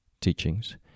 teachings